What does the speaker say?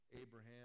Abraham